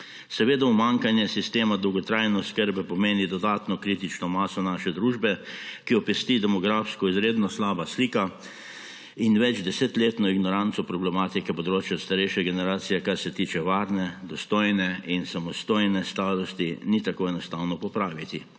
Seveda umanjkanje sistema dolgotrajne oskrbe pomeni dodatno kritično maso naše družbe, ki jo pesti demografsko izredno slaba slika, in večdesetletne ignorance problematike področja starejše generacije, kar se tiče varne, dostojne in samostojne starosti, ni tako enostavno popraviti.